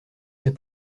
ses